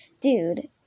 dude